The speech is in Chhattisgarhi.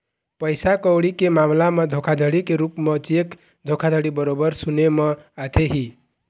पइसा कउड़ी के मामला म धोखाघड़ी के रुप म चेक धोखाघड़ी बरोबर सुने म आथे ही